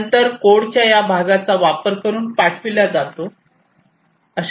नंतर तो कोडच्या या भागाचा वापर करून पाठविला जातो